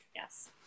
Yes